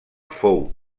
fou